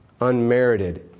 unmerited